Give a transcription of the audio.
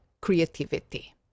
creativity